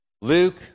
Luke